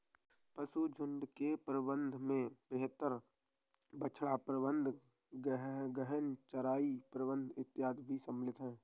पशुझुण्ड के प्रबंधन में बेहतर बछड़ा प्रबंधन, गहन चराई प्रबंधन इत्यादि भी शामिल है